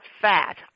fat